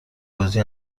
بازی